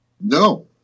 No